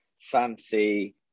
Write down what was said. fancy